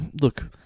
look